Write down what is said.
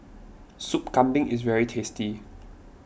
Sop Kambing is very tasty